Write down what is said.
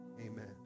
Amen